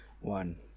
one